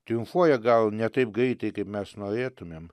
triumfuoja gal ne taip greitai kaip mes norėtumėm